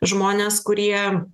žmones kurie